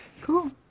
Cool